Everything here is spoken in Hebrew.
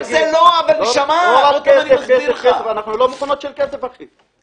אנחנו לא מכונות של כסף, אחי.